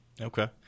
Okay